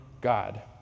God